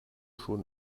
schon